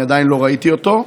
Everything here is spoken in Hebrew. אני עדיין לא ראיתי אותו,